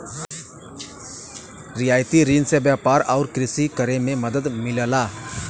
रियायती रिन से व्यापार आउर कृषि करे में मदद मिलला